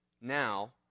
now